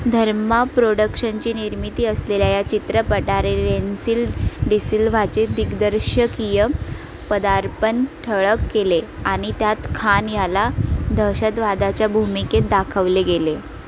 धर्मा प्रोडक्शनची निर्मिती असलेल्या या चित्रपटाने रेन्सिल डिसिल्व्हाचे दिग्दर्शकीय पदार्पण ठळक केले आणि त्यात खान याला दहशतवाद्याच्या भूमिकेत दाखवले गेले